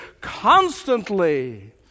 Constantly